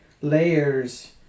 layers